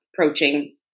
approaching